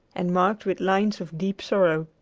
and marked with lines of deep sorrow.